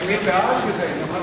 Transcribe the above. חוק סדר הדין הפלילי (סמכויות